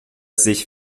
sich